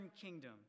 kingdom